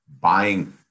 buying